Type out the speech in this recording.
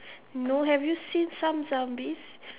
no have you seen some zombies